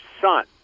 son